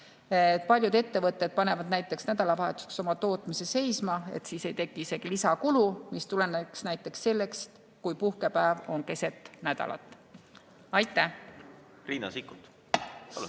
Paljud ettevõtted panevad näiteks nädalavahetuseks oma tootmise seisma, siis ei teki isegi lisakulu, mis tuleneks näiteks sellest, kui puhkepäev on keset nädalat. Riina Sikkut, palun!